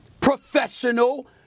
professional